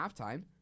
halftime